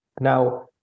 Now